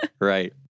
right